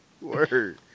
word